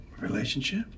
relationship